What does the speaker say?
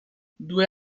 due